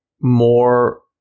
more